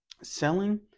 selling